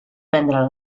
prendre